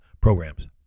programs